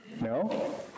No